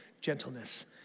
gentleness